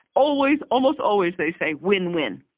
always, almost always they say win-win.